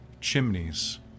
Chimneys